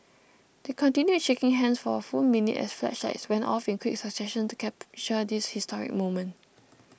they continued shaking hands for a full minute as flashlights went off in quick succession to capture this historic moment